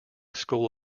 school